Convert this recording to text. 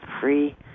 free